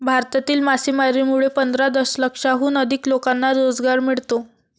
भारतातील मासेमारीमुळे पंधरा दशलक्षाहून अधिक लोकांना रोजगार मिळतो